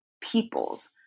peoples